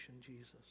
Jesus